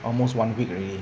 almost one week already